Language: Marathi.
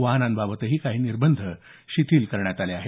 वाहनांबाबतही काही निर्बंध शिथील करण्यात आले आहेत